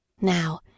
Now